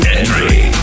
entry